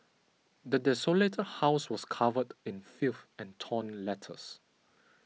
the desolated house was covered in filth and torn letters